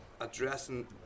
addressing